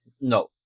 No